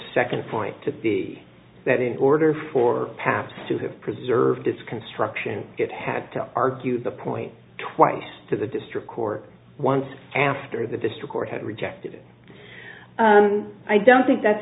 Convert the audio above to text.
second point to be that in order for pap to have preserved its construction it had to argue the point twice to the district court once after the district court had rejected it i don't think that's